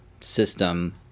system